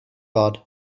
dod